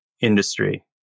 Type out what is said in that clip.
industry